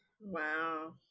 wow